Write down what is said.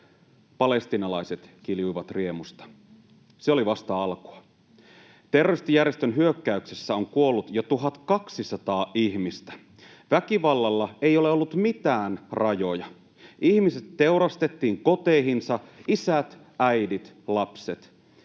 Palestiinalaiset kiljuivat riemusta. Se oli vasta alkua. Terroristijärjestön hyökkäyksessä on kuollut jo 1 200 ihmistä. Väkivallalla ei ole ollut mitään rajoja. Ihmiset teurastettiin koteihinsa; isät, äidit, lapset.